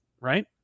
right